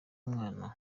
mwana